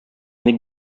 ник